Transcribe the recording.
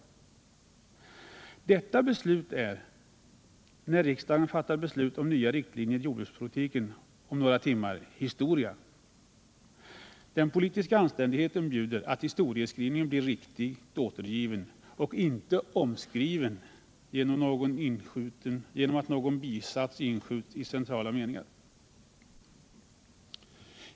Detta beslut är, när riksdagen fattat beslut om nya riktlinjer i jordbrukspolitiken, om några timmar historia. Den politiska anständigheten bjuder att historien blir riktigt återgiven och inte omskriven genom någon bisats, inskjuten i en central mening.